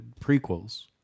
prequels